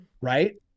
Right